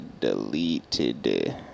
Deleted